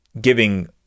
giving